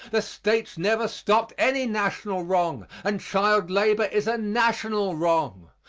the states never stopped any national wrong and child labor is a national wrong.